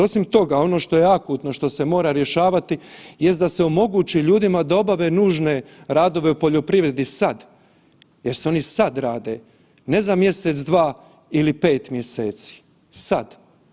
Osim toga ono što je akutno što se mora rješavati jest da se omogući ljudima da obave nužne radove u poljoprivredi sad jer se oni sad rade, ne za mjesec, dva ili za pet mjeseci, sad.